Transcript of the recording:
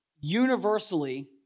universally